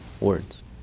words